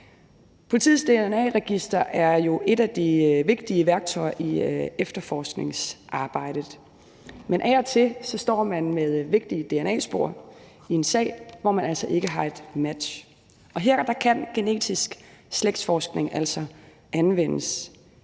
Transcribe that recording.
Politiets dna-register er jo et af de vigtige værktøjer i efterforskningsarbejdet, men af og til står man med vigtige dna-spor i en sag, hvor man altså ikke har et match. Her kan genetisk slægtsforskning altså anvendes.